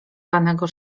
lanego